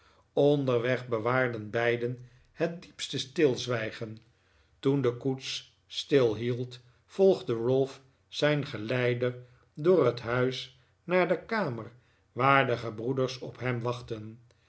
onderweg bewaarden beiden het diepste stilzwijgen toen de koets stilhield volgde ralph zijn geleider door het huis naar de kamer waar de gebroeders op hem wachtten